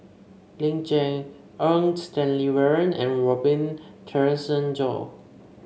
Ling Cher Eng Stanley Warren and Robin Tessensohn